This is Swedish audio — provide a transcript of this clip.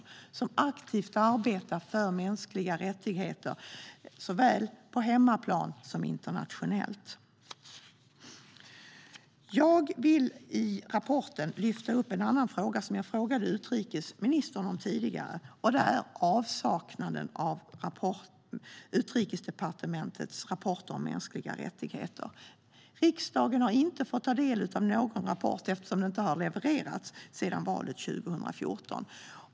Dessa arbetar aktivt för mänskliga rättigheter, såväl på hemmaplan som internationellt. Jag vill lyfta fram en annan sak i rapporten. Jag frågade utrikesministern om detta tidigare. Det gäller avsaknaden av Utrikesdepartementets rapport om mänskliga rättigheter. Riksdagen har inte fått ta del av någon rapport eftersom ingen har levererats sedan valet 2014.